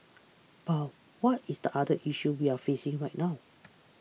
but what is the other issue we're facing right now